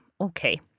Okay